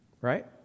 Right